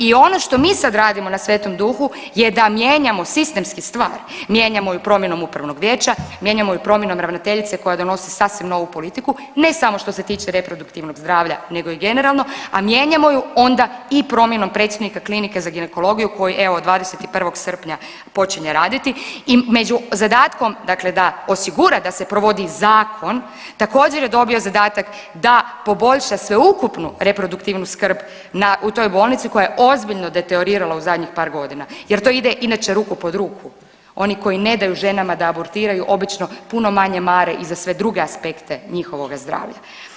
I ono što mi sad radimo na Svetom Duhu je da mijenjamo sistemski stvar, mijenjamo ju promjenom upravnog vijeća, mijenjamo ju promjenom ravnateljice koja donosi sasvim novu politiku ne samo što se tiče reproduktivnog zdravlja nego i generalno, a mijenjamo ju onda i promjenom predstojnika klinike za ginekologiju koji evo 21. srpnja počinje raditi i među zadatkom dakle da osigura da se provodi zakon također je dobio zadatak da poboljša sveukupnu reproduktivnu skrb u toj bolnici koja je ozbiljno deteorirala u zadnjih par godina jer to ide inače ruku pod ruku, oni koji ne daju ženama da abortiraju obično puno manje mare i za sve druge aspekte njihovoga zdravlja.